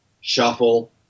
shuffle